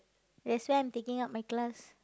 that's why I'm taking up my class